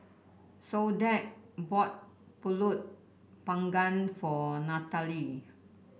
Soledad bought pulut panggang for Natalee